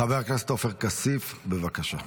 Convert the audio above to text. חבר הכנסת עופר כסיף, בבקשה.